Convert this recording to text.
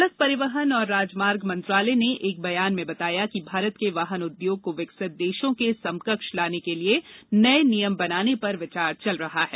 सड़क परिवहन और राजमार्ग मंत्रालय ने एक बयान में बताया कि भारत के वाहन उद्योग को विकसित देशों के समकक्ष लाने के लिए नये नियम बनाने पर विचार चल रहा है